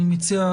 אני מציע,